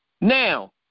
Now